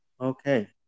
Okay